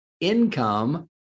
income